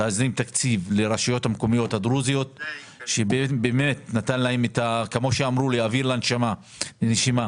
להזרים תקציב לרשויות המקומיות הדרוזיות מה שנתן להן אוויר לנשימה,